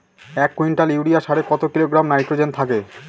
এক quintal urea সারে কত কিলোগ্রাম নাইট্রোজেন থাকে?